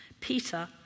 Peter